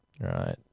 right